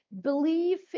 believe